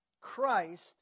Christ